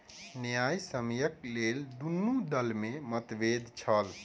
न्यायसम्यक लेल दुनू दल में मतभेद छल